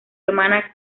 hermana